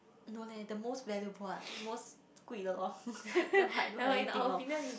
no leh the most valuable ah most 贵的 lor damn hard what are you think of